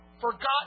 forgotten